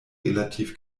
relativ